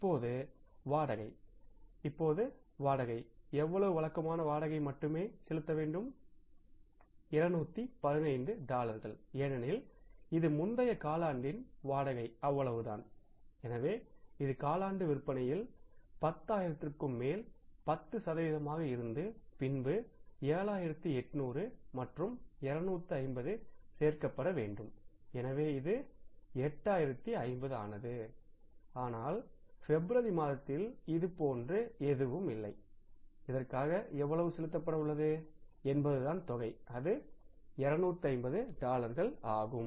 இப்போது வாடகை இப்போது வாடகை எவ்வளவு வழக்கமான வாடகை மட்டுமே 215 டாலர்கள் ஏனெனில் இது முந்தைய காலாண்டின் வாடகை அவ்வளவுதான்எனவே இது காலாண்டு விற்பனையில் 10000ற்குமேல் 10 சதவிகிதமாக இருந்தது பின்பு 7800 மற்றும் 250 சேர்க்கப்பட வேண்டும்எனவே இது 8050 ஆனது ஆனால் பிப்ரவரி மாதத்தில் இதுபோன்ற எதுவும் இல்லைஇதற்காக எவ்வளவு செலுத்தப்பட உள்ளது என்பதுதான் தொகை அது 250 டாலர்கள் ஆகும்